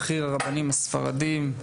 בכיר הרבנים הספרדים,